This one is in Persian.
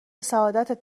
سعادتت